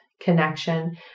connection